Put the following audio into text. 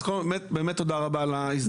אז באמת תודה רבה על ההזדמנות לדבר.